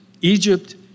Egypt